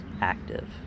active